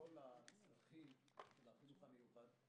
כל הצרכים של החינוך המיוחד.